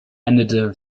endete